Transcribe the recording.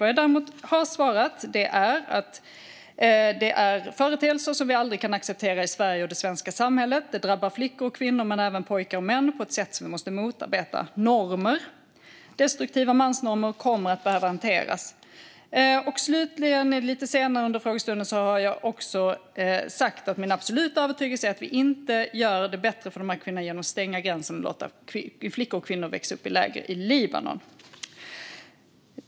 Vad jag däremot har svarat är: "Det här är företeelser som vi aldrig kan acceptera i Sverige och det svenska samhället. Det drabbar flickor och kvinnor men även pojkar och män på ett sätt som vi måste motarbeta. Normer - destruktiva mansnormer - kommer att behöva hanteras." Lite senare under frågestunden sa jag också: "Min absoluta övertygelse är att vi inte gör det bättre" - alltså för de här kvinnorna - "genom att stänga gränsen och låta flickor och kvinnor växa upp i läger i Libanon."